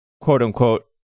quote-unquote